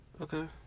Okay